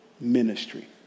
ministry